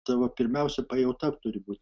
tavo pirmiausia pajauta turi būt